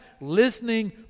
listening